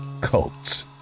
cults